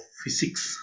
physics